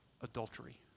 adultery